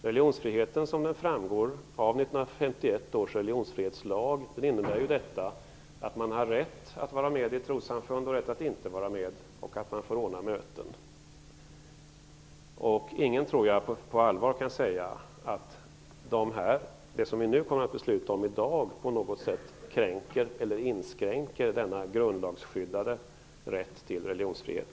Religionsfriheten, som den framgår av 1951 års religionsfrihetslag, innebär ju att man har rätt att vara med i ett trossamfund och rätt att inte vara med. Dessutom har man rätt att anordna möten. Ingen kan på allvar säga att det som vi i dag kommer att besluta om kränker eller inskränker denna grundlagsskyddade rätt till religionsfrihet.